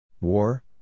War